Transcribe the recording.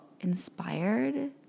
inspired